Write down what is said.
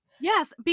Yes